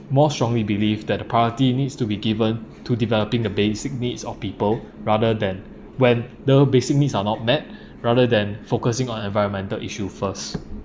more strongly believe that the priority needs to be given to developing the basic needs of people rather than when the basic needs are not met rather than focusing on environmental issue first